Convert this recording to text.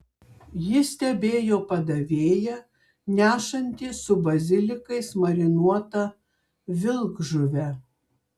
ji stebėjo padavėją nešantį su bazilikais marinuotą vilkžuvę